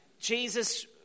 Jesus